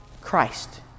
Christ